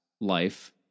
life